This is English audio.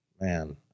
man